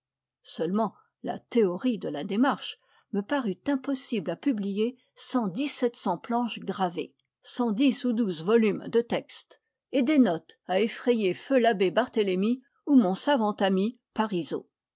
seulement la théorie de la démarche me parut impossible à publier sans dix-sept cents planches gravées sans dix ou douze volumes de texte et des notes à effrayer feu l'abbé barthélémy ou mon savant ami parisot